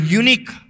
unique